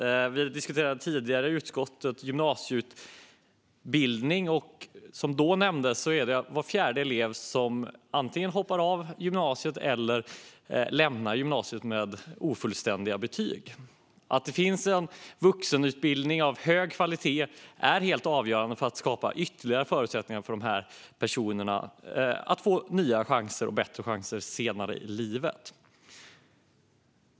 Utskottet diskuterade tidigare gymnasieutbildning, och som då nämndes hoppar var fjärde elev antingen av gymnasiet eller lämnar gymnasiet med ofullständiga betyg. Att det finns en vuxenutbildning av hög kvalitet är helt avgörande för att skapa ytterligare förutsättningar för de här personerna att få nya och bättre chanser senare i livet.